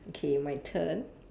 okay my turn